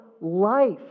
life